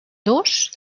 dos